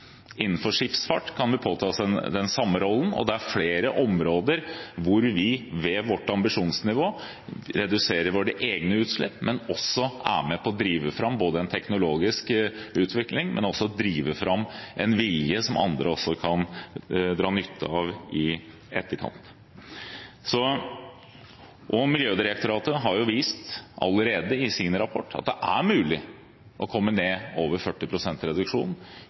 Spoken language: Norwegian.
Innenfor skipsfart kan vi påta oss den samme rollen, og det er flere områder hvor vi, gjennom vårt ambisjonsnivå, reduserer våre egne utslipp, men også er med på å drive fram en teknologisk utvikling, og også å drive fram en vilje som andre også kan dra nytte av i etterkant. Og Miljødirektoratet har jo vist, allerede, i sin rapport at det ermulig å komme ned på over 40 pst. reduksjon